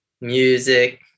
music